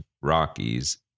Rockies